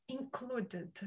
included